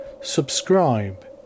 Subscribe